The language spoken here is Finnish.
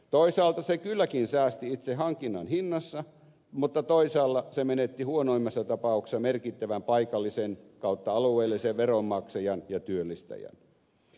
toisaalta se kylläkin säästi itse hankinnan hinnassa mutta toisaalla se menetti huonoimmassa tapauksessa merkittävän paikallisen tai alueellisen veronmaksajan ja työllistäjän